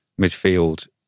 midfield